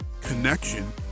connection